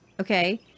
Okay